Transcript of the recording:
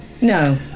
No